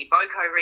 Boko